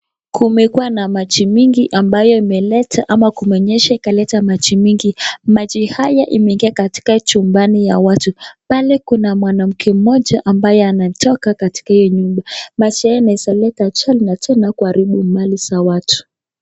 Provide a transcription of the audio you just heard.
Kumekuwa na maji mingi ambayo imeleta ama kumenyesha ikaletaa maji mingi, maji haya imeingia katika chumbani ya watu , pale kuna mwanamke mmoja ambaye anatoka katika huyu nyumba maji haya inaeza leta ajali na kuharibu Mali za watu.